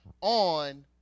on –